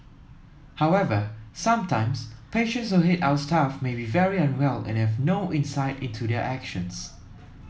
however sometimes patients who hit our staff may be very unwell and have no insight into their actions